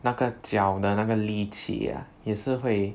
那个脚的那个力气 ah 也是会